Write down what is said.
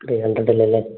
three ഹൺഡ്രഡിൽ അല്ലേ